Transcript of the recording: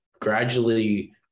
gradually